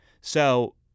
So-